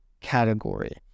category